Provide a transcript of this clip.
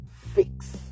fix